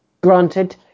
Granted